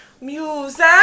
Music